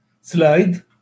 Slide